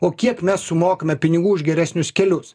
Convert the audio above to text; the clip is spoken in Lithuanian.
o kiek mes sumokame pinigų už geresnius kelius